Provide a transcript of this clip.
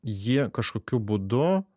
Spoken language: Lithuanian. jie kažkokiu būdu